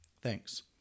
Thanks